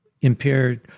impaired